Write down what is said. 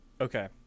Okay